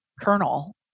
Colonel